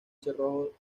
cerrojo